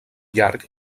llarg